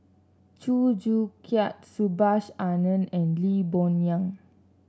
Chew Joo Chiat Subhas Anandan and Lee Boon Yang